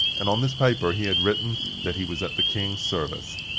and on this paper he had written that he was at the king's service.